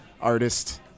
artist